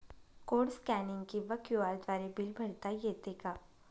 Code scanning किंवा QR द्वारे bill भरता येते का?